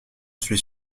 suis